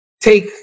take